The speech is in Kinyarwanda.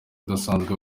udasanzwe